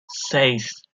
seis